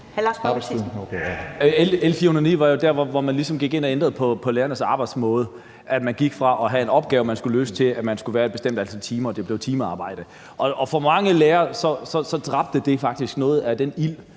(NB): L 409 var jo der, hvor man ligesom gik ind og ændrede på lærernes arbejdsmåde, så man gik fra at have en opgave, man skulle løse, til, at man skulle være der et bestemt antal timer; det blev timearbejde. For mange lærere dræbte det faktisk noget af den ild,